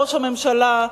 ראש הממשלה,